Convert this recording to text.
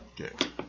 Okay